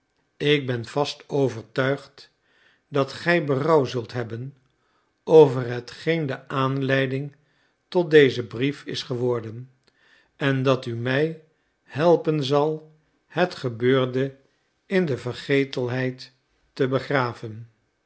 ik ben vast overtuigd dat gij berouw zult hebben over hetgeen de aanleiding tot dezen brief is geworden en dat u mij helpen zal het gebeurde in de vergetelheid te begraven